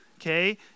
okay